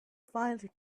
find